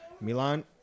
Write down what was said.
Milan